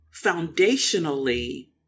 foundationally